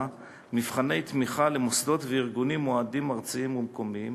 מבחני תמיכה למוסדות וארגוני אוהדים ארציים ומקומיים